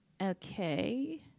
Okay